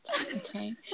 Okay